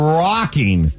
rocking